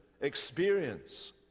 experience